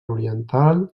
oriental